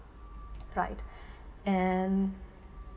right and